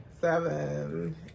seven